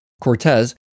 Cortez